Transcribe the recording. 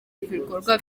ibikorwa